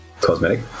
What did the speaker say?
cosmetic